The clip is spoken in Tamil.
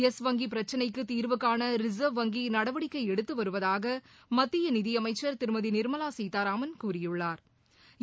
பெஸ் வங்கி பிரச்சினைக்கு தீர்வுகான ரிசர்வ் வங்கி நடவடிக்கை எடுத்து வருவதாக மத்திய நிதி அமைச்சர் திருமதி நிா்மலா சீதாராமன் கூறியுள்ளாா்